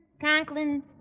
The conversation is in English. Conklin